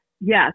Yes